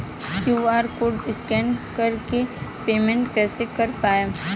QR code से scan कर के पेमेंट कइसे कर पाएम?